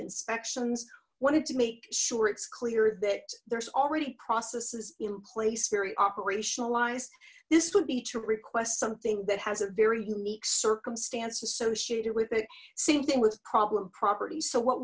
inspections wanted to make sure it's clear that there's already processes in place very operationalized this would be to request something that has a very unique circumstance associated with it same thing with problem property so what